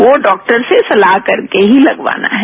वो डॉक्टर से सलाह करके ही लगवाना है